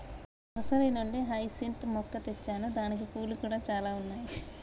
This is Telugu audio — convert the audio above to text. నర్సరీ నుండి హైసింత్ మొక్క తెచ్చాను దానికి పూలు కూడా చాల ఉన్నాయి